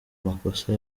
makosa